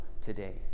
today